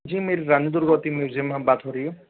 जी मेरी रानी दुर्गावती म्यूज़ियम में बात हो रही है